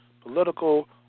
political